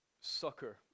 sucker